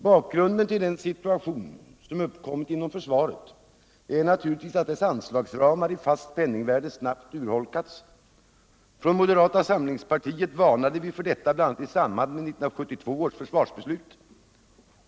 Bakgrunden till den situation som uppkommit inom försvaret är naturligtvis att dess anslagsramar i fast penningvärde snabbt urholkats. Från moderata samlingspartiet varnade vi för detta, bl.a. i samband med 1972 års försvarsbeslut.